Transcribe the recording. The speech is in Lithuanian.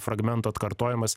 fragmento atkartojimas